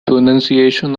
pronunciation